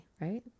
right